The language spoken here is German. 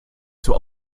zur